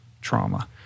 trauma